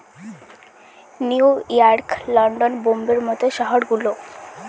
new York, London, বোম্বের মত শহর গুলো